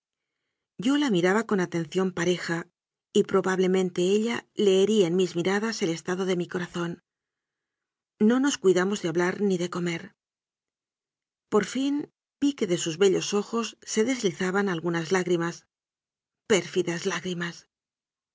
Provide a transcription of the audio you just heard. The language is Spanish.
yo la miraba con atención pa reja y probablemente ella leería en mis miradas el estado de mi corazón no nos cuidamos de ha blar ni de comer por fin vi que de sus bellos ojos se deslizaban algunas lágrimas pérfidas